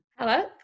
Hello